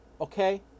Okay